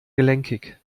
gelenkig